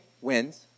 wins